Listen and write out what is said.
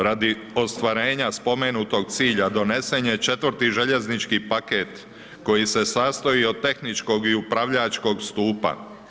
Radi ostvarenja spomenutog cilja donesen je 4. željeznički paket koji se sastoji od tehničkog i upravljačkog stupa.